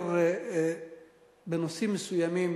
בנושאים מסוימים.